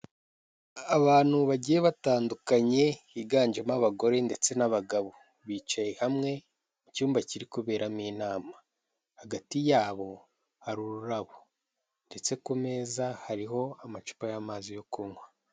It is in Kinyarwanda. Inzu y'ubwisungane gusa hariho abakozi ba emutiyene n'abakiriya baje kugana ikigo cy'ubwisungane cyitwa buritamu, kiri mu nyubako isa n'iyubakishije amabati n'ibirahuri.